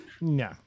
no